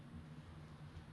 oh billa